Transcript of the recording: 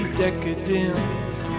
decadence